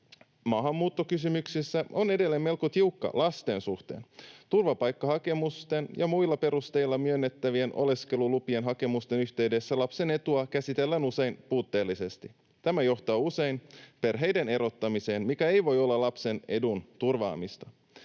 maahanmuuttokysymyksissä on edelleen melko tiukka lasten suhteen. Turvapaikkahakemusten ja muilla perusteilla myönnettävien oleskelulupien hakemusten yhteydessä lapsen etua käsitellään usein puutteellisesti. Tämä johtaa usein perheiden erottamiseen, mikä ei voi olla lapsen edun turvaamista.